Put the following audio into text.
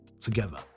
together